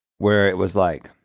where it was like,